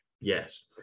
Yes